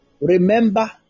remember